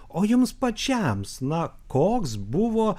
o jums pačiam na koks buvo